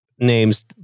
names